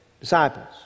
disciples